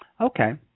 okay